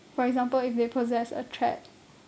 for example if they possess a threat